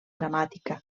dramàtica